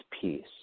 peace